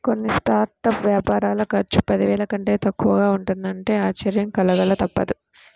కొన్ని స్టార్టప్ వ్యాపారాల ఖర్చు పదివేల కంటే తక్కువగా ఉంటున్నదంటే ఆశ్చర్యం కలగక తప్పదు